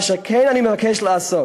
מה שאני כן מבקש לעשות,